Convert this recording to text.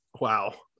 Wow